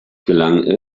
gelang